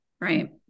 right